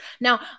Now